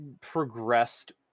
progressed